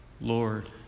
Lord